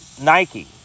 Nike